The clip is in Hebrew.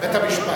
בית-המשפט.